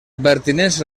pertinença